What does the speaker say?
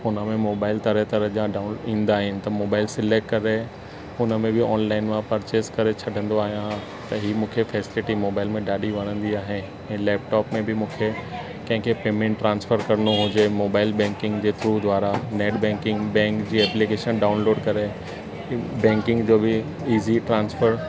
हुनमें मोबाइल तरह तरह जा डाउन ईंदा आहिनि त मोबाइल सिलेक्ट करे हुनमें बि ऑनलाइन मां परचेस करे छॾंदो आहियां त ई मूंखे फैसिलिटी मोबाइल में ॾाढी वणंदी आहे ऐं लैपटॉप में बि मूंखे कंहिंखे पैमेंट ट्रांसफर करिणो हुजे मोबाइल बैंकिंग जे थ्रू द्वारा नैट बैंकिंग बैंक जी एप्लीकेशन डाउनलोड करे बैंकिंग जो बि इजी ट्रांसफर